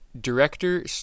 Director